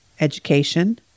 education